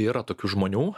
yra tokių žmonių